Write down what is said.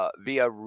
Via